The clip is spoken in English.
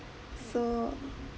so